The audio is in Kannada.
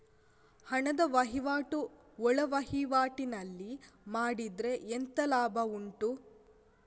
ಹಣದ ವಹಿವಾಟು ಒಳವಹಿವಾಟಿನಲ್ಲಿ ಮಾಡಿದ್ರೆ ಎಂತ ಲಾಭ ಉಂಟು?